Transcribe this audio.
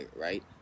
right